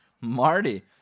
Marty